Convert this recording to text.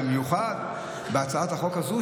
במיוחד בהצעת החוק הזאת,